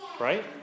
Right